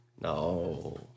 No